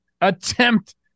attempt